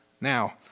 Now